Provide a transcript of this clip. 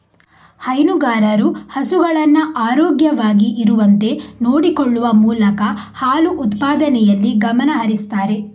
ಹೈನುಗಾರರು ಹಸುಗಳನ್ನ ಆರೋಗ್ಯವಾಗಿ ಇರುವಂತೆ ನೋಡಿಕೊಳ್ಳುವ ಮೂಲಕ ಹಾಲು ಉತ್ಪಾದನೆಯಲ್ಲಿ ಗಮನ ಹರಿಸ್ತಾರೆ